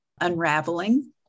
unraveling